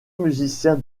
musicien